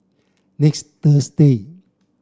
next Thursday